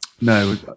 No